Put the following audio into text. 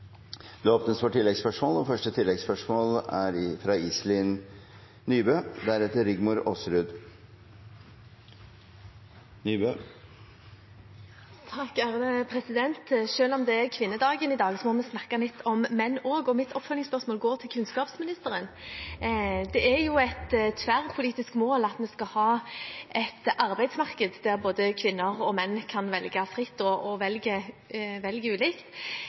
Det blir gitt anledning til oppfølgingsspørsmål – først Iselin Nybø. Selv om det er kvinnedagen i dag, må vi snakke litt om menn også, og mitt oppfølgingsspørsmål går til kunnskapsministeren. Det er et tverrpolitisk mål at vi skal ha et arbeidsmarked der både kvinner og menn kan velge fritt og velge ulikt